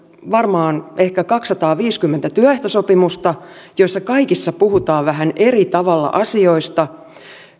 varmaan ehkä kaksisataaviisikymmentä työehtosopimusta joissa kaikissa puhutaan vähän eri tavalla asioista